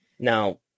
Now